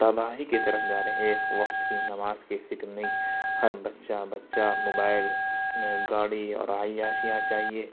تباہی کی طرف جا رہے ایک وقت کی نماز کی فکر نہیں ہر بچہ بچہ موبائل گاڑی اور عیاشیاں چاہیے